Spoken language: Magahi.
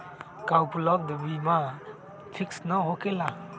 का उपलब्ध बीमा फिक्स न होकेला?